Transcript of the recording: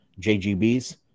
jgbs